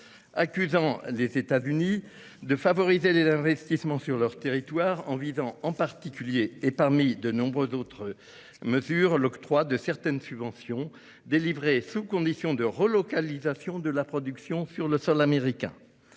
accusé les États-Unis de favoriser les investissements sur leur territoire, en visant en particulier et parmi de nombreuses autres mesures l'octroi de certaines subventions délivrées sous condition de relocalisation de la production sur le sol national.